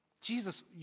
Jesus